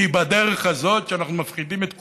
כי בדרך הזאת, שאנחנו מפחידים את כולם,